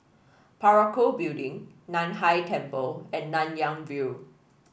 Parakou Building Nan Hai Temple and Nanyang View